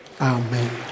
Amen